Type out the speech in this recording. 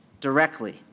directly